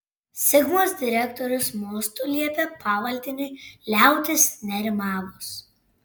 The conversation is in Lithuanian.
sigmos direktorius mostu liepė pavaldiniui liautis nerimavus